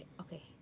Okay